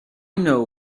know